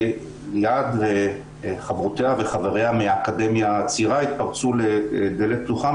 ליעד וחברותיה וחבריה מהאקדמיה הצעירה התפרצו לדלת פתוחה,